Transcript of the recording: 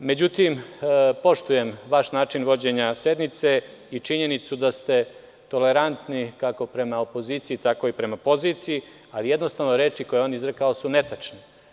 Međutim, poštujem vaš način vođenja sednice i činjenicu da ste tolerantni kako prema opoziciji, tako prema poziciji, ali jednostavno reči koje je on izrekao su netačne.